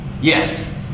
Yes